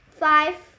five